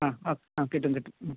ആ ഓ ആ കിട്ടും കിട്ടും